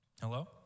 Hello